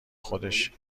خودش